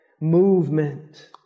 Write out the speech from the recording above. movement